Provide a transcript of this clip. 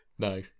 No